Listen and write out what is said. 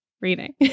reading